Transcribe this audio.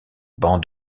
banc